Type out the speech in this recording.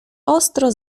ostro